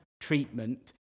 treatment